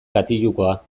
katilukoa